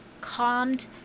calmed